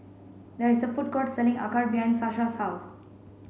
there is a food court selling Acar behind Sasha's house